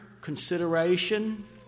consideration